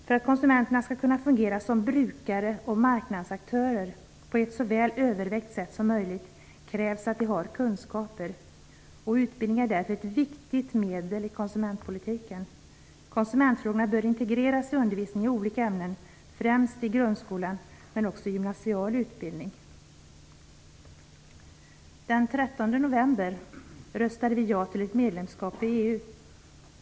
För att konsumenterna skall kunna fungera som brukare och marknadsaktörer på ett så väl övervägt sätt som möjligt krävs att vi har kunskaper. Utbildning är därför ett viktigt medel i konsumentpolitiken. Konsumentfrågorna bör integreras i undervisningen i olika ämnen, främst i grundskolan men också i gymnasial utbildning. Den 13 november röstade vi ja till ett medlemskap i EU.